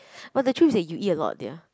oh the truth is that you eat a lot dear